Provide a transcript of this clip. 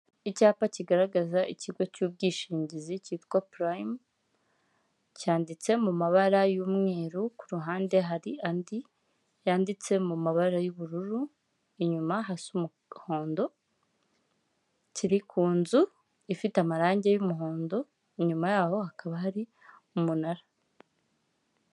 Icyapa kigaragaza ikigo cy'ubwishingizi cyitwa Prime cyanditse mu mabara y'umweru, ku ruhande hari andi yanditse mu mabara y'ubururu, inyuma hasa umuhondo, kiri ku nzu ifite amarangi y'umuhondo, inyuma yaho hakaba hari umunara.